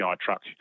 truck